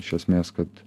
iš esmės kad